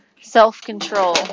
self-control